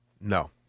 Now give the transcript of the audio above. No